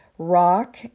rock